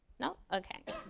no? okay.